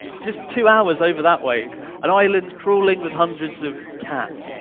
just two hours over that way an island crawling with hundreds of cats?